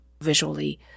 visually